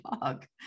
dog